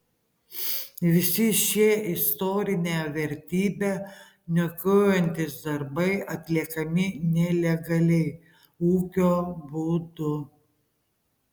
visi šie istorinę vertybę niokojantys darbai atliekami nelegaliai ūkio būdu